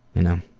you know,